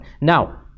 Now